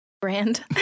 Brand